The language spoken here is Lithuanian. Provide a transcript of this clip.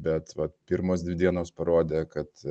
bet vat pirmos dvi dienos parodė kad